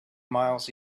miles